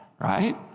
right